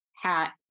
hat